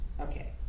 Okay